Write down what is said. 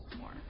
more